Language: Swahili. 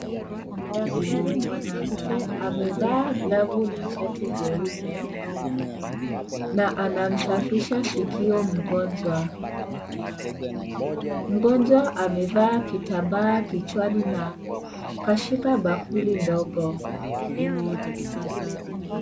Daktari mwanamke amevaa glavu na shati jeupe, na anamsafisha sikio mgonjwa, mgonjwa amevaa kitambaa kichwani na, kashika bakuli ndogo.